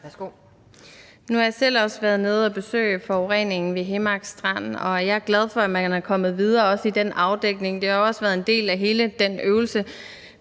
Nu har jeg også selv været nede og se forureningen ved Himmark Strand, og jeg er glad for, at man er kommet videre også i den afdækning. Det har også været en del af hele den øvelse